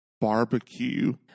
barbecue